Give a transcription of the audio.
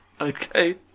okay